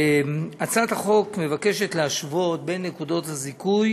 הצעת החוק מבקשת להשוות את נקודות הזיכוי